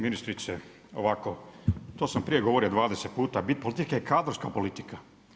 Ministrice, ovako, to sam prije govorio 20 puta, bit politike je kadrovska politika.